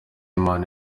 impano